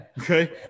Okay